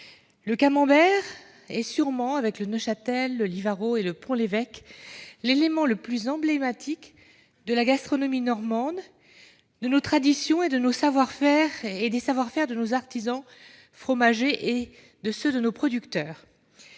Le camembert est sûrement, avec le Neufchâtel, le Livarot et le Pont-l'évêque, l'élément le plus emblématique de la gastronomie normande, de nos traditions et des savoir-faire de nos artisans fromagers et de ceux de nos producteurs.